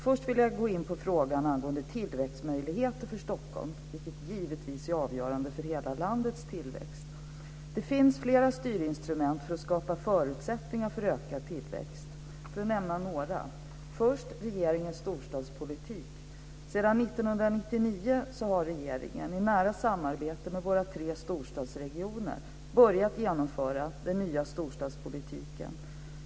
Först vill jag gå in på frågan angående tillväxtmöjligheter för Stockholm, vilket givetvis är avgörande för hela landets tillväxt. Det finns flera styrinstrument för att skapa förutsättningar för ökad tillväxt. Först vill jag nämna regeringens storstadspolitik. Sedan 1999 har regeringen i nära samarbete med våra tre storstadsregioner börjat genomföra den nya storstadspolitiken.